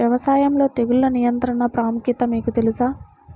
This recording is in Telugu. వ్యవసాయంలో తెగుళ్ల నియంత్రణ ప్రాముఖ్యత మీకు తెలుసా?